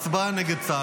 הצבעה נגד צה"ל.